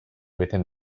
within